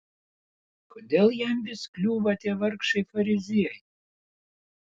kodėl jam vis kliūva tie vargšai fariziejai